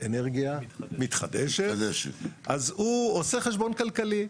באנרגיה מתחדשת, אז הוא עושה חשבון כלכלי.